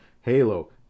Halo